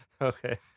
Okay